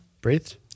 Breathed